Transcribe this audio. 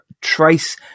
trace